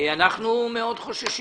אנחנו מאוד חוששים.